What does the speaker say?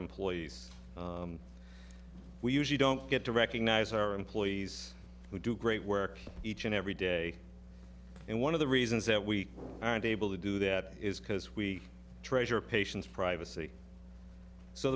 employees we usually don't get to recognize our employees who do great work each and every day and one of the reasons that we aren't able to do that is because we treasure a patient's privacy so